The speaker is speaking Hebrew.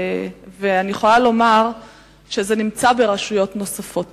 ואני יכולה לומר שזה קיים ברשויות נוספות.